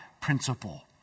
principle